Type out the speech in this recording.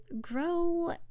grow